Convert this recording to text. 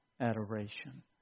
adoration